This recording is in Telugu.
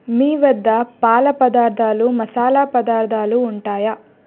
మీ వద్ద పాల పదార్థాలు మసాలా పదార్థాలు ఉంటాయా